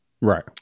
right